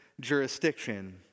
jurisdiction